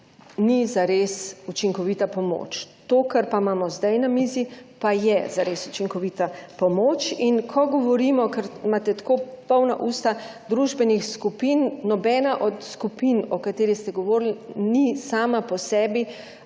ni zares učinkovita pomoč. To, kar pa imamo zdaj na mizi, pa je zares učinkovita pomoč. In ker imate tako polna usta družbenih skupin, nobena od skupin, o katerih ste govorili, ni sama po sebi